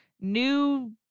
new